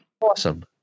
Awesome